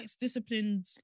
disciplined